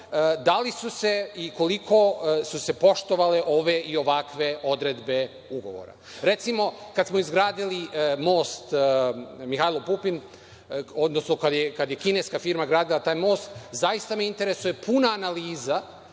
da li su se i koliko su se poštovale ove i ovakve odredbe ugovora. Recimo, kada smo izgradili Mihajlo Pupin, odnosno kada je kineska firma gradila taj most, zaista me interesuje puna analiza